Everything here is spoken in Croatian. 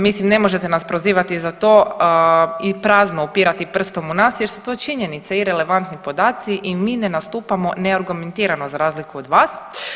Mislim ne možete nas prozivati za to i prazno upirati prstom u nas jer su to činjenice i relevantni podaci i mi ne nastupamo neargumentirano za razliku od vas.